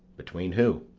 between who?